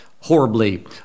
horribly